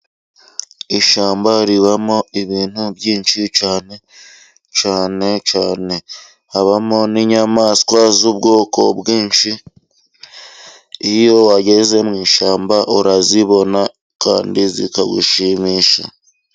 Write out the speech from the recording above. Ishyamba ribamo ibintu byinshi cyane, cyane, cyane, habamo n'inyamaswa z'ubwoko bwinshi, iyo wageze mu ishyamba urazibona kandi zikagushimisha.